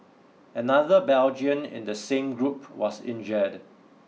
another Belgian in the same group was injured